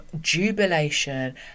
jubilation